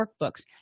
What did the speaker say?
workbooks